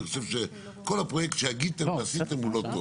אני חושב שכל הפרויקט שהגיתם ועשיתם הוא לא טוב